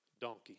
donkey